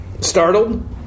Startled